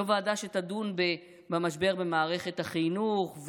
לא ועדה שתדון במשבר במערכת החינוך,